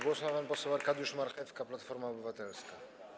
Głos ma pan poseł Arkadiusz Marchewka, Platforma Obywatelska.